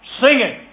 singing